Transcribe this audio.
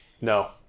No